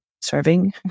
serving